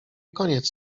koniec